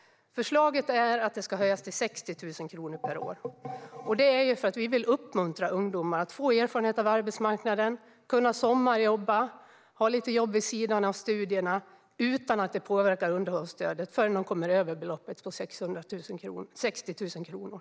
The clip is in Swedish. Förslaget är att det ska höjas till 60 000 kronor per år. Det vill vi göra för att uppmuntra ungdomar att få erfarenhet av arbetsmarknaden genom att sommarjobba och ha lite jobb vid sidan av studierna utan att detta påverkar underhållsstödet förrän de kommer över beloppet 60 000 kronor.